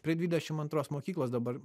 prie dvidešim antros mokyklos dabar